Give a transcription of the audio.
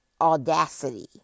Audacity